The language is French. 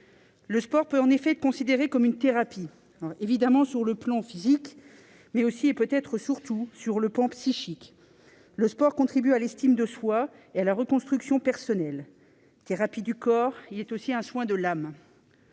Le sport peut en effet être considéré comme une thérapie, évidemment sur le plan physique, mais aussi, et peut-être surtout, sur le plan psychique. Il contribue à l'estime de soi et à la reconstruction personnelle. Thérapie du corps, c'est aussi un soin de l'âme.